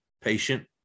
patient